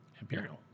Imperial